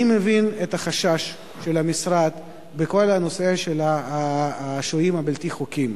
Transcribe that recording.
אני מבין את החשש של המשרד בכל הנושא של השוהים הבלתי-חוקיים.